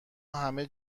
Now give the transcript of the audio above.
همه